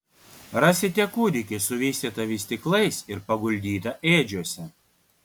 rasite kūdikį suvystytą vystyklais ir paguldytą ėdžiose